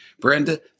Brenda